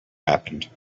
happened